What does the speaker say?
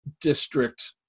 district